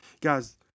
guys